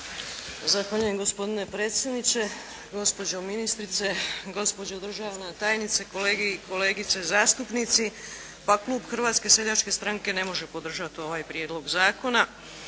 Zahvaljujem gospodine predsjedniče. Gospođo ministrice, gospođo državna tajnice, kolege i kolegice zastupnici. Pa klub Hrvatske seljačke stranke ne može podržati ovaj prijedlog zakona.